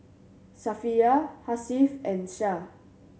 Safiya Hasif and Syah